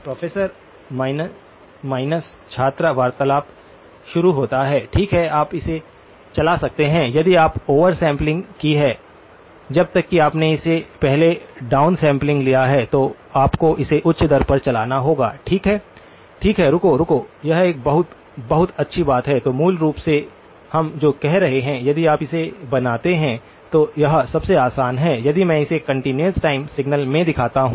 professor minus छात्र वार्तालाप शुरू होता है ठीक है आप इसे चला सकते हैं यदि आपने ओवर सैंपलिंग की है जब तक कि आपने इसे पहले डाउन सैंपलिंग लिया है तो आपको इसे उच्च दर पर चलाना होगा ठीक है ठीक है रुको रुको यह एक बहुत बहुत अच्छी बात है तो मूल रूप से हम जो कह रहे हैं यदि आप इसे बनाते हैं तो यह सबसे आसान है यदि मैं इसे कंटीन्यूअस टाइम सिग्नल में दिखाता हूं